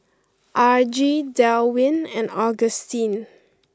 Argie Delwin and Augustine